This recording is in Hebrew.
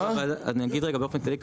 רגע אני אגיד באופן כללי,